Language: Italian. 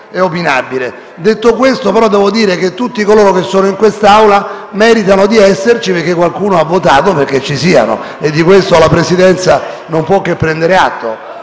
Detto questo, tutti coloro che sono in questa Assemblea meritano di esserci, perché qualcuno ha votato perché ci fossero: di questo la Presidenza non può che prendere atto.